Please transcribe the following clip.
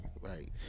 Right